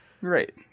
Right